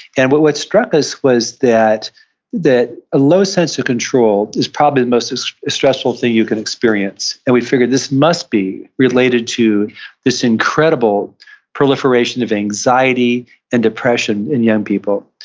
and what what struck us was that that a low sense of control is probably the most stressful thing you can experience, and we figured this must be related to this incredible proliferation of anxiety and depression in young people.